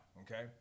okay